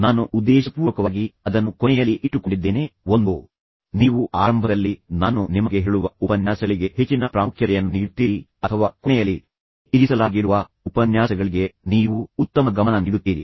ನಾನು ಉದ್ದೇಶಪೂರ್ವಕವಾಗಿ ಅದನ್ನು ಕೊನೆಯಲ್ಲಿ ಇಟ್ಟುಕೊಂಡಿದ್ದೇನೆ ಒಂದೋ ನೀವು ಆರಂಭದಲ್ಲಿ ನಾನು ನಿಮಗೆ ಹೇಳುವ ಉಪನ್ಯಾಸಗಳಿಗೆ ಹೆಚ್ಚಿನ ಪ್ರಾಮುಖ್ಯತೆಯನ್ನು ನೀಡುತ್ತೀರಿ ಅಥವಾ ಕೊನೆಯಲ್ಲಿ ಇರಿಸಲಾಗಿರುವ ಉಪನ್ಯಾಸಗಳಿಗೆ ನೀವು ಉತ್ತಮ ಗಮನ ನೀಡುತ್ತೀರಿ